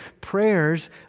prayers